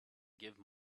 give